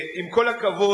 עם כל הכבוד,